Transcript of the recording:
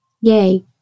Yay